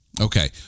okay